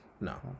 No